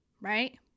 right